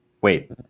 Wait